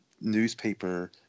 newspaper